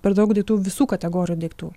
per daug daiktų visų kategorijų daiktų